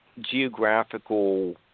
geographical